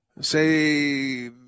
say